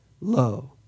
low